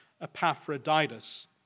Epaphroditus